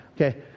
Okay